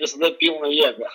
visada pilna jėga